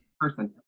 person